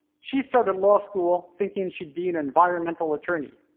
she started law school thinking she'd be an environmental attorney.